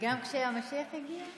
וגם כשהמשיח יגיע?